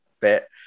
bit